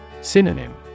Synonym